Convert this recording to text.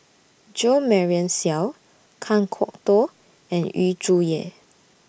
Jo Marion Seow Kan Kwok Toh and Yu Zhuye